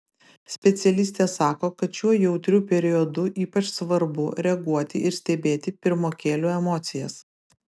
specialistė sako kad šiuo jautriu periodu ypač svarbu reaguoti ir stebėti pirmokėlių emocijas